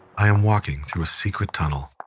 i am walking through a secret tunnel.